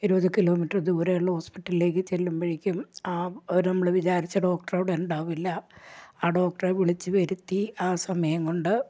ഇരുപത് കിലോമീറ്റർ ദൂരെയുള്ള ഹോസ്പിറ്റലിലേക്ക് ചെല്ലുമ്പോഴേക്കും ആ അവർ നമ്മൾ വിചാരിച്ച ഡോക്ടർ അവിടെ ഉണ്ടാവില്ല ആ ഡോക്ടറെ വിളിച്ചു വരുത്തി ആ സമയം കൊണ്ട്